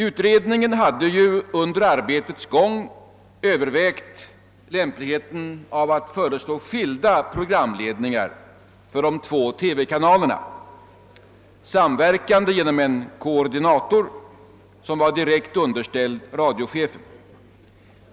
Utredningen hade under arbetets gång övervägt lämpligheten av att föreslå skilda programledningar för de två TV-kanalerna samverkande genom en koordinator, som var direkt underställd radiochefen.